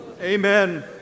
Amen